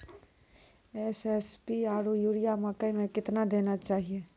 SSP आरु urea मकई मे कितना देना चाहिए?